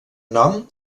nom